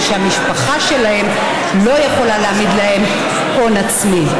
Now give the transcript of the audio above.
שהמשפחה שלהם לא יכולה להעמיד בשבילם הון עצמי.